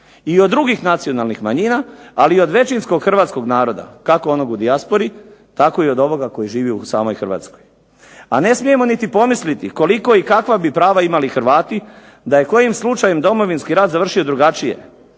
i od drugih nacionalnih manjina ali i od većinskog hrvatskog naroda kako onog u dijaspori tako i onoga koji živi samoj Hrvatskoj. A ne smijemo niti pomisliti koliko i kakva bi prava imali Hrvati da je kojim slučajem Domovinski rat završio drugačije.